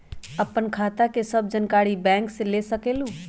आपन खाता के सब जानकारी बैंक से ले सकेलु?